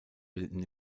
bilden